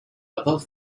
above